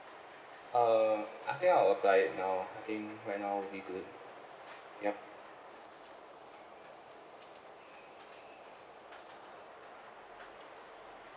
uh I think I'll apply it now I think right now would be good yup